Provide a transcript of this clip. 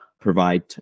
provide